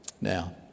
Now